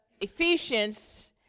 Ephesians